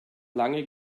lange